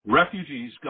refugees